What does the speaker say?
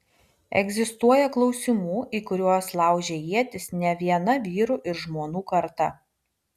egzistuoja klausimų į kuriuos laužė ietis ne viena vyrų ir žmonų karta